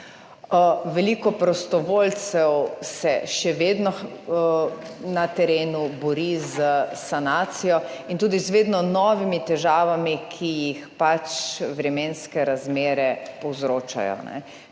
Veliko prostovoljcev se še vedno na terenu bori s sanacijo in tudi z vedno novimi težavami, ki jih pač vremenske razmere povzročajo.